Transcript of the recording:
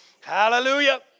Hallelujah